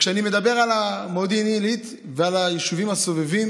כשאני מדבר על מודיעין עילית ועל היישובים הסובבים